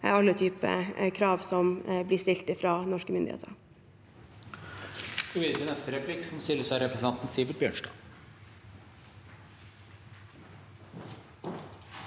alle typer krav som blir stilt fra norske myndigheter.